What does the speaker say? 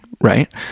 right